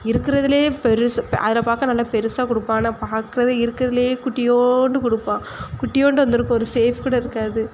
இருக்கிறதுலே பெருசு அதில் பார்க்க நல்லா பெருசாக கொடுப்பான் ஆனால் பார்க்குறது இருக்கிறதுலே குட்டியோண்டு கொடுப்பான் குட்டியோண்டு வந்துருக்கும் ஒரு சேஃப் கூட இருக்காது